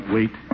Wait